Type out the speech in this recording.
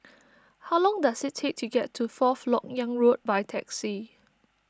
how long does it take to get to Fourth Lok Yang Road by taxi